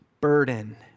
burden